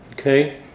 Okay